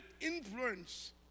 influence